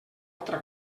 altra